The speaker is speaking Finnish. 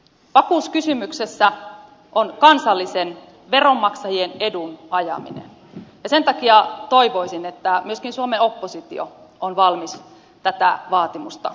vakuuskysymyksessä on kyseessä veronmaksajien kansallisen edun ajaminen ja sen takia toivoisin että myöskin suomen oppositio on valmis tätä vaatimusta tukemaan